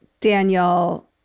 Daniel